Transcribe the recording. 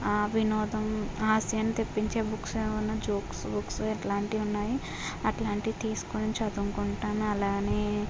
వినోదం హాస్యం తెప్పించే బుక్స్ ఏమైన జోక్స్ బుక్స్ ఇలాంటివి ఉన్నాయి అలాంటివి తీసుకొని చదువుకుంటాను అలాగే